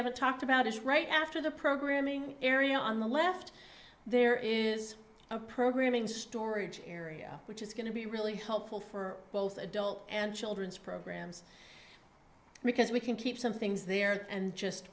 haven't talked about is right after the programming area on the left there is a programming storage area which is going to be really helpful for both adult and children's programs because we can keep some things there and just